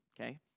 okay